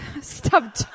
stop